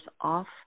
off